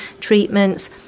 treatments